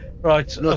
right